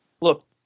Look